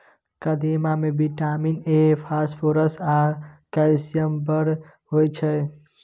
कदीमा मे vitamin A, phosphorus आ कैल्शियम बड़ होइ छै